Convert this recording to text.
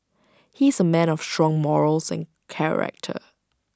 he's A man of strong morals and character